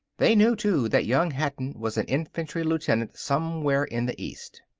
they knew, too, that young hatton was an infantry lieutenant somewhere in the east.